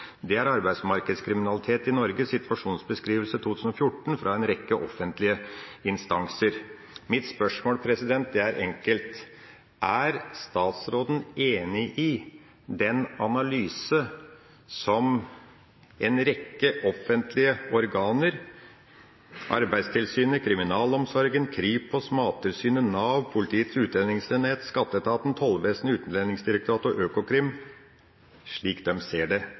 Det er fra rapporten «Arbeidsmarkedskriminalitet i Norge» – en situasjonsbeskrivelse fra en rekke offentlige instanser i 2014. Mitt spørsmål er enkelt: Er statsråden enig i den analysen som er gitt av en rekke offentlige organer – Arbeidstilsynet, Kriminalomsorgen, Kripos, Mattilsynet, Nav, Politiets utlendingsenhet, skatteetaten, tollvesenet, Utlendingsdirektoratet og Økokrim? Det var dem jeg siterte. Det